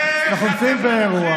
תראה איך אתם נמוכים.